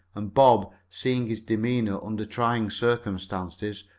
and bob, seeing his demeanor under trying circumstances,